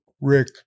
Rick